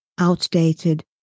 outdated